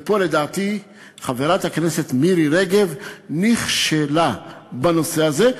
ופה, לדעתי, חברת הכנסת מירי רגב נכשלה בנושא הזה,